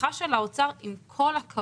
ההבטחה של האוצר, עם כל הכבוד,